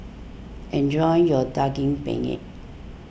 enjoy your Daging Penyet